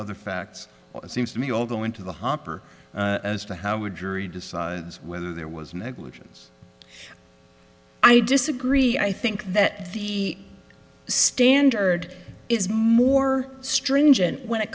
other facts it seems to me all go into the hopper as to how would read decides whether there was negligence i disagree i think that the standard is more stringent when it